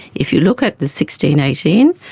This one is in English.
if you look at the sixteen, eighteen,